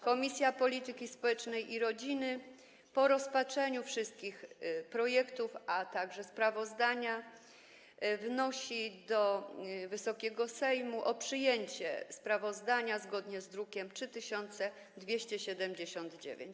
Komisja Polityki Społecznej i Rodziny po rozpatrzeniu wszystkich projektów, a także sprawozdania, wnosi do Wysokiego Sejmu o przyjęcie sprawozdania zgodnie z drukiem nr 3279.